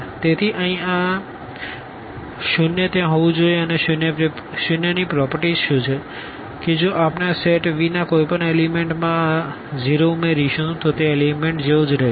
તેથી અહીં આ 0 ત્યાં હોવું જોઈએ અને 0 ની પ્રોપરટીઝ શું છે કે જો આપણે આ સેટ V ના કોઈપણ એલીમેન્ટમાં આ 0 ઉમેરીશું તો તે એલીમેન્ટજેવું જ રહેશે